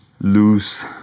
loose